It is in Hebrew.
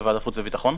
בוועדת החוץ והביטחון.